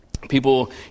people